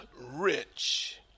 rich